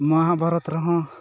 ᱢᱚᱦᱟᱵᱷᱟᱨᱚᱛ ᱨᱮ ᱦᱚᱸ